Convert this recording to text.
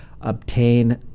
obtain